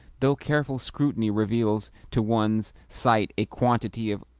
though careful scrutiny reveals to one's sight a quantity of